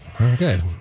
Okay